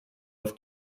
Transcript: auf